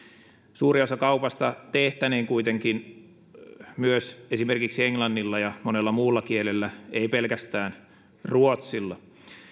suuri osa kaupasta tehtäneen kuitenkin myös esimerkiksi englannilla ja monella muulla kielellä ei pelkästään ruotsilla